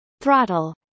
Throttle